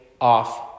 off